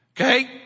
Okay